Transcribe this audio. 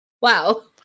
Wow